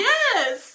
Yes